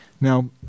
Now